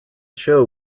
show